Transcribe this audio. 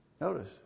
notice